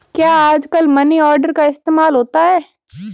क्या आजकल money order का इस्तेमाल होता है?